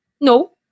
No